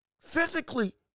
Physically